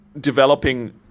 developing